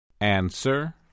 Answer